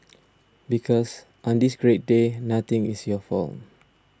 because on this great day nothing is your fault